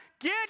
get